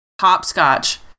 hopscotch